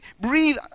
breathe